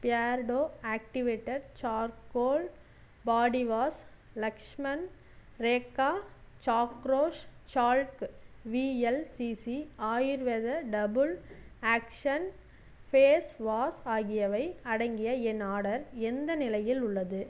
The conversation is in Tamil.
Beardo activated charcoal body wash Lakshman Rekha சாக்ரோஷ் chalk VLCC Ayurveda double action face wash ஆகியவை அடங்கிய என் ஆடர் எந்த நிலையில் உள்ளது